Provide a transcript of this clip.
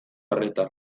arreta